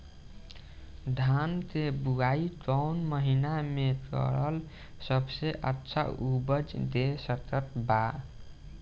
धान के बुआई कौन महीना मे करल सबसे अच्छा उपज दे सकत बा?